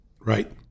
Right